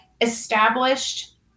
established